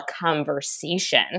conversation